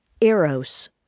eros